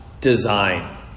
design